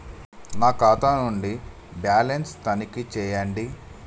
నా ఖాతా ను బ్యాలన్స్ తనిఖీ చేయండి?